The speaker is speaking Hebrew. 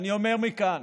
אני אומר מכאן